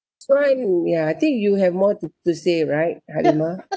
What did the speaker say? you ya I think you have more to to say right Halimah